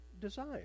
design